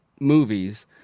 Movies